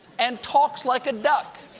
and talks like a duck,